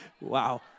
Wow